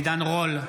נגד עידן רול,